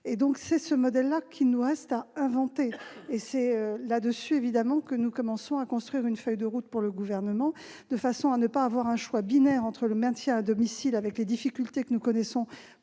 souples. C'est ce modèle-là qu'il nous reste à inventer, et c'est sur cela que nous commençons à construire une feuille de route pour le Gouvernement, de façon à éviter un choix binaire entre le maintien à domicile, avec les difficultés que nous connaissons